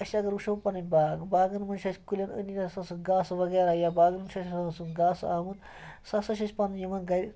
أسۍ اَگر وٕچھو پَنٕنۍ باغ باغن منٛز چھِ اَسہِ کُلٮ۪ن أنٛدۍ أنٛدۍ آسان سُہ گاسہٕ وَغیرہ یا باغن منٛز چھِ اَسہِ آسان سُہ گاسہٕ آمُت سُہ ہَسا چھِ أسۍ پَنُن یِمَن گَرِ